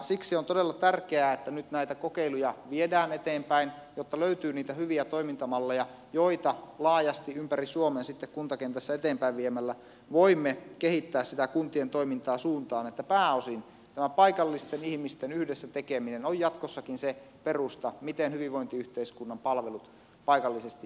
siksi on todella tärkeää että nyt näitä kokeiluja viedään eteenpäin jotta löytyy niitä hyviä toimintamalleja joita laajasti ympäri suomen sitten kuntakentässä eteenpäinviemällä voimme kehittää sitä kuntien toimintaa suuntaan jossa pääosin tämä paikallisten ihmisten yhdessä tekeminen on jatkossakin se perusta miten hyvinvointiyhteiskunnan palvelut paikallisesti järjestetään